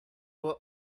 will